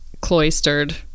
cloistered